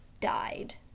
died